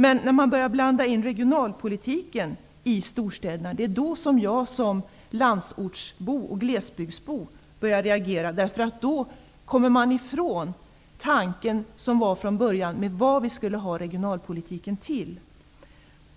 Men när man börjar blanda in regionalpolitiken när det gäller storstäderna börjar jag som landsbygdsbo och glesbygdsbo att reagera. Då kommer man ifrån den tanke som fanns från början om vad vi skulle ha regionalpolitiken till.